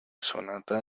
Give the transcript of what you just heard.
sonata